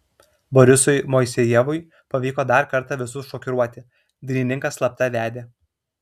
borisui moisejevui pavyko dar kartą visus šokiruoti dainininkas slapta vedė